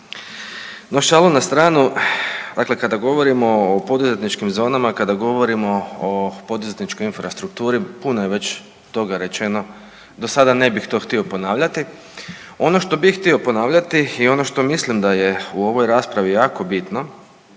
No šalu na stranu. Dakle, kada govorimo o poduzetničkim zonama, kada govorimo o poduzetničkoj infrastrukturi puno je već toga rečeno do sada ne bih to htio ponavljati, ono što bi htio ponavljati i ono što mislim da je u ovoj raspravi jako bitno